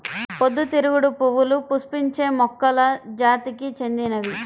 పొద్దుతిరుగుడు పువ్వులు పుష్పించే మొక్కల జాతికి చెందినవి